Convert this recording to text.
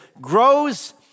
grows